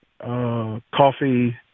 coffee